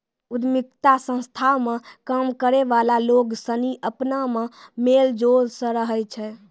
उद्यमिता संस्था मे काम करै वाला लोग सनी अपना मे मेल जोल से रहै छै